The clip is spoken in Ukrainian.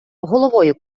головою